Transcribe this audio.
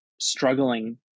struggling